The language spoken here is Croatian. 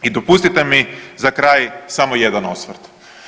I dopustite mi za kraj samo jedan osvrt.